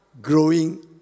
growing